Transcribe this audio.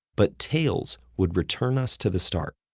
but tails would return us to the start.